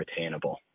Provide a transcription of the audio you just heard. retainable